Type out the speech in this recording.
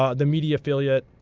ah the media affiliate,